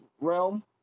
realm